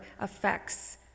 affects